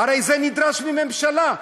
הרי זה נדרש מממשלה.